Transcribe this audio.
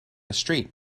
street